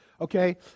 Okay